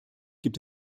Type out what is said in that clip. gibt